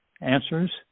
answers